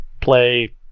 play